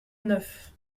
neuf